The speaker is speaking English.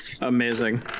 Amazing